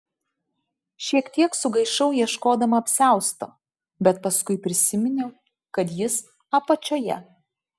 šiek tiek sugaišau ieškodama apsiausto bet paskui prisiminiau kad jis apačioje